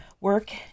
work